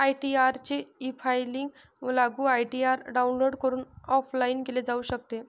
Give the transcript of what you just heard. ITR चे e filing लागू ITR download करून ऑफलाइन केले जाऊ शकते